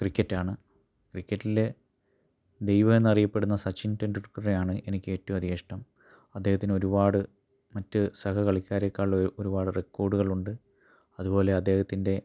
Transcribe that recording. ക്രിക്കറ്റാണ് ക്രിക്കറ്റില് ദൈവം എന്നറിയപ്പെടുന്ന സച്ചിൻ ടെണ്ടുൽക്കറെയാണ് എനിക്ക് ഏറ്റവും അധികം ഇഷ്ടം അദ്ദേഹത്തിന് ഒരുപാട് മറ്റ് സഹകളിക്കാരേക്കാള് ഒരുപാട് റെക്കോർഡുകളുണ്ട് അതുപോലെ അദ്ദേഹത്തിൻ്റെ